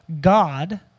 God